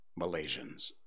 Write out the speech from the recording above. Malaysians